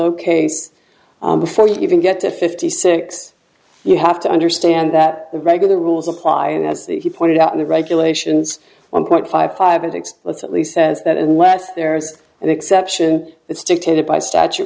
case before you even get to fifty six you have to understand that the regular rules apply and as he pointed out in the regulations one point five five it explicitly says that unless there's an exception it's dictated by statute